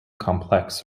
complex